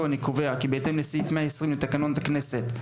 אני קובע כי בהתאם לסעיף 120 לתקנות הכנסת,